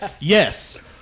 Yes